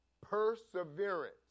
perseverance